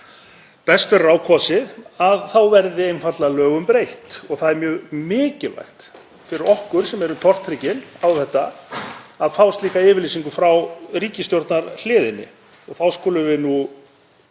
best verður á kosið, þá verði einfaldlega lögum breytt. Það er mjög mikilvægt fyrir okkur sem erum tortryggin á þetta að fá slíka yfirlýsingu frá ríkisstjórnarhliðinni. Þá skulum við